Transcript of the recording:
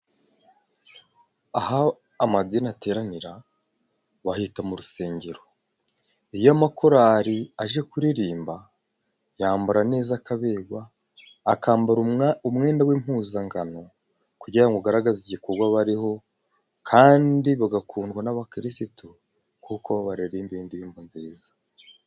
Aho amadini ateranira, bahita mu rusengero. Iyo amakorali aje kuririmba yambara neza akaberwa, akambara umwenda w'impuzangano, kugira ngo ugaragaze igikorwa bariho, kandi bagakundwa n'abakirisitu, kuko babaririmbiye indirimbo nziza.